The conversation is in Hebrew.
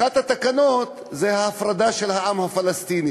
אחת התקנות היא ההפרדה של העם הפלסטיני.